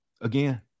again